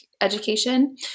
education